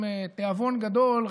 עם תיאבון גדול,